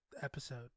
episode